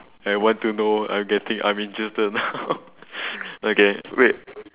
I want to know I getting I'm interested now okay wait